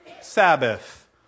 Sabbath